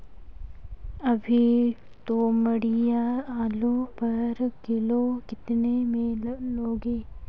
अभी तोमड़िया आलू पर किलो कितने में लोगे?